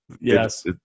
Yes